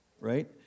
right